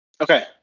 Okay